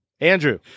Andrew